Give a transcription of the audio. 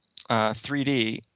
3D